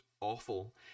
awful